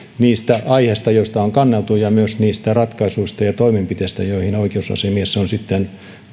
niistä aiheista joista on kanneltu ja myös niistä ratkaisuista ja toimenpiteistä joihin oikeusasiamies on sitten